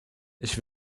ich